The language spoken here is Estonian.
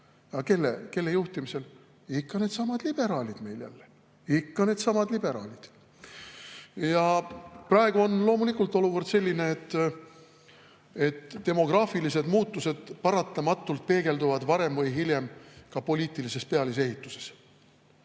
kelle juhtimisel? Ikka needsamad liberaalid meil jälle. Ikka needsamad liberaalid! Praegu on loomulikult olukord selline, et demograafilised muutused paratamatult peegelduvad varem või hiljem ka poliitilises pealisehituses.